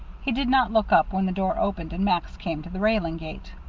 he did not look up when the door opened and max came to the railing gate.